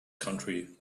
country